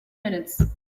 minutes